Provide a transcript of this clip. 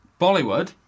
Bollywood